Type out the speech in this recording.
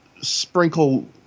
sprinkle